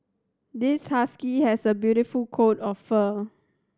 this husky has a beautiful coat of fur